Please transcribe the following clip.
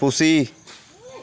ᱯᱩᱥᱤ